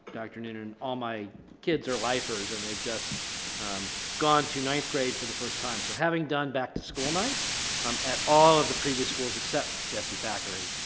dr. noonan, and all my kids are lifers, and they've just gone to ninth grade for the first time. so having done back-to-school night um at all of the previous schools except jesse thackery,